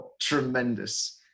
tremendous